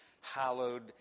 hallowed